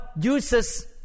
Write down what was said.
uses